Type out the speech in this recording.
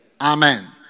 Amen